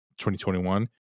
2021